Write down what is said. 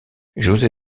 josé